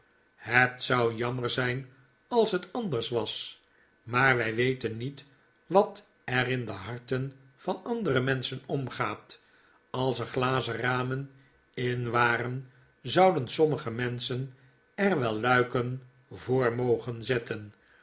het zou jammer zijn als het anders was maar wij weten niet wat er in de harten van andere menschen omgaat als er glazen ramen in waren zouden sommige menschen er wel luiken voor mogen zetten